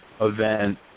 event